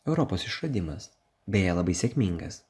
europos išradimas beje labai sėkmingas